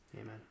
Amen